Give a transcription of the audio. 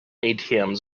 atms